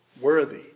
worthy